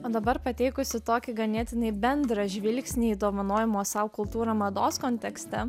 o dabar pateikusi tokį ganėtinai bendrą žvilgsnį į dovanojimo sau kultūrą mados kontekste